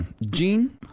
Gene